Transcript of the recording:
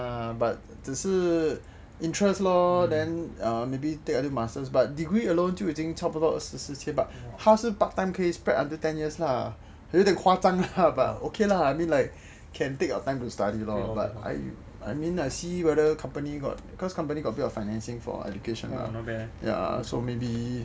没用 lah 没用 lah but 只是 interest lor then maybe take other masters but degree alone part time 就已经二十四千 but 他是 part time 可以 spread over ten years lah 有点夸张 lah but okay lah I mean can take your time to study lor but I mean I see whether company got because company got some financing for education lah ya so maybe